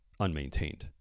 unmaintained